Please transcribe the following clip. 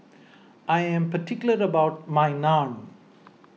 I am particular about my Naan